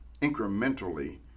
incrementally